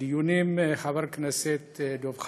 חבר הכנסת דב חנין.